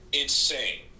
Insane